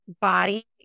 body